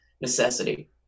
necessity